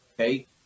Okay